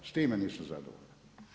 S time nisam zadovoljan.